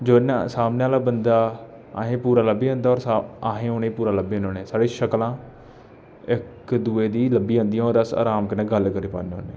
जेह्दे नै सामनै आह्ला बंदा असें ई पूरा लब्भी जंदा होर साफ अस उ'नें ई पूरा लब्भी जन्ने होन्ने साढ़ी शक्लां इक दूए दी लब्भी जंदियां होर अस अराम कन्नै गल्ल करी पान्ने होन्ने